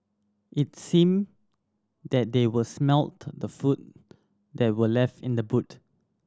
it seemed that they were smelt the food that were left in the boot